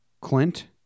Clint